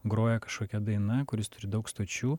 groja kažkokia daina kuris turi daug stočių